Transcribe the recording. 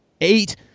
Eight